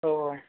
अह